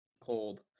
Cold